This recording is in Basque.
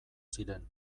ziren